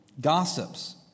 gossips